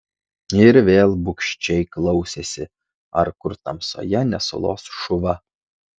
ir vėl bugščiai klausėsi ar kur tamsoje nesulos šuva